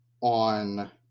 On